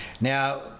Now